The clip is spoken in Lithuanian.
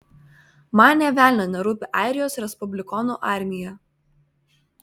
man nė velnio nerūpi airijos respublikonų armija